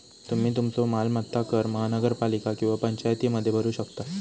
तुम्ही तुमचो मालमत्ता कर महानगरपालिका किंवा पंचायतीमध्ये भरू शकतास